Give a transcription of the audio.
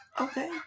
Okay